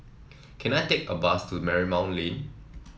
can I take a bus to Marymount Lane